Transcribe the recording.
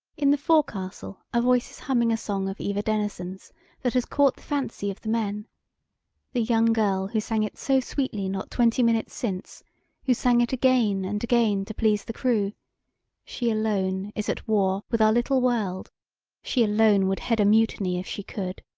in the forecastle a voice is humming a song of eva denison's that has caught the fancy of the men the young girl who sang it so sweetly not twenty minutes since who sang it again and again to please the crew she alone is at war with our little world she alone would head a mutiny if she could.